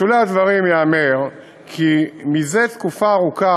בשולי הדברים ייאמר כי זה תקופה ארוכה